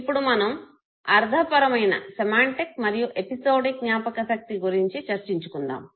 ఇప్పుడు మనము అర్థపరమైన మరియు ఎపిసోడిక్ జ్ఞాపకశక్తి గురించి చర్చించుకుందాము